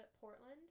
Portland